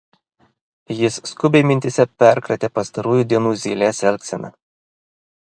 jis skubiai mintyse perkratė pastarųjų dienų zylės elgseną